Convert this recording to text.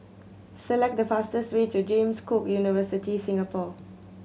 select the fastest way to James Cook University Singapore